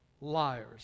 liars